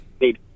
need